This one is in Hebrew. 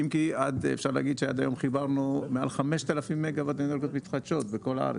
עד היום חיברנו מעל 5,000 מגה-וואט אנרגיות מתחדשות בכל הארץ,